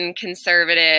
conservative